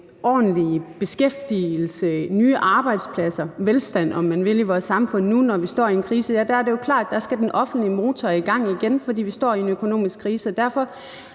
ordentlig beskæftigelse, nye arbejdspladser og velstand, om man vil, i vores samfund nu, når vi står i en krise? Ja, der er det jo klart, at der skal den offentlige motor i gang igen, fordi vi står i en økonomisk krise.